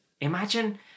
Imagine